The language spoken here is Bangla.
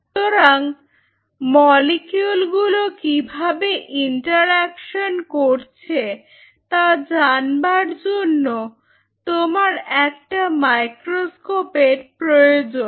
সুতরাং মলিকিউল গুলো কিভাবে ইন্টারঅ্যাকশন করছে তা জানবার জন্য তোমার একটা মাইক্রোস্কোপ এর প্রয়োজন